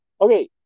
Okay